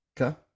Okay